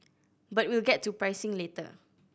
but we'll get to pricing later